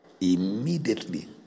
Immediately